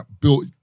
built